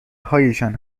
هایشان